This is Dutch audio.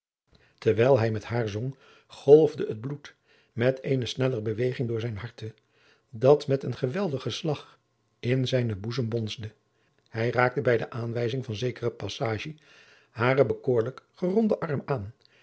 terwijl hij met haar zong golfde het bloed met eene sneller beweging door zijn harte dat met een geweldigen slag in zijnen boezem bonsde hij raakte bij de aanwijzing van zekere passagie haren bekoorlijk geronden arm aan